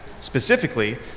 specifically